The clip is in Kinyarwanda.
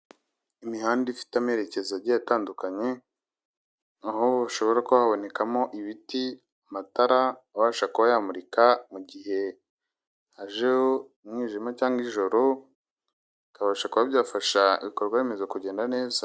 Imihanda ifite amerekezo agiye atandukanye, aho hashobora kuba habonekamo ibiti, matara abasha kuba yamurika mu gihe haje umwijima cyangwa ijoro, bikabasha kuba byafasha ibikorwaremezo kugenda neza.